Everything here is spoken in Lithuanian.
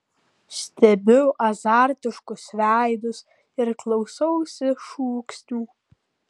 stebiu azartiškus veidus ir klausausi šūksnių